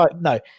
No